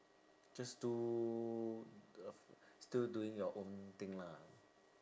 just do uh still doing your own thing lah